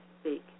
speak